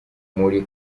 muri